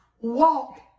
walk